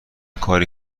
کاری